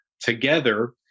together